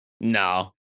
No